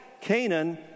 Canaan